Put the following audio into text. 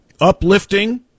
uplifting